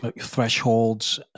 thresholds